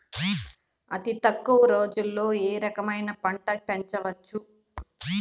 అతి తక్కువ రోజుల్లో ఏ రకమైన పంట పెంచవచ్చు?